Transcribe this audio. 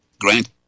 Grant